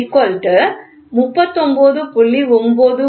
00063 39